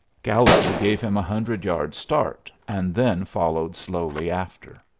gallegher gave him a hundred yards' start, and then followed slowly after.